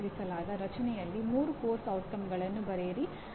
ತದನಂತರ ನಾವು ಮತ್ತೊಂದು ಪಠ್ಯ M1U2 ಗೆ ಹೋಗೋಣ